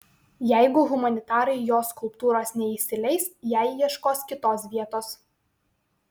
jeigu humanitarai jo skulptūros neįsileis jai ieškos kitos vietos